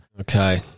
Okay